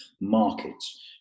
markets